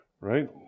right